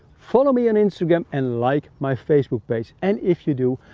follow me on instagram, and like my facebook page. and if you do,